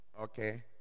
Okay